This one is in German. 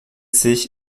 sich